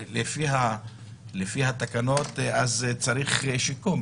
לפי התקנות אז צריך שיקום.